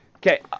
Okay